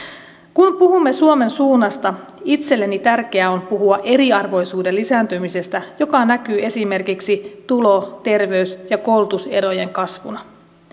kun puhumme suomen suunnasta itselleni tärkeää on puhua eriarvoisuuden lisääntymisestä joka näkyy esimerkiksi tulo terveys ja koulutuserojen kasvuna